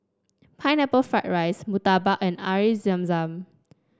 Pineapple Fried Rice Murtabak and Zam Zam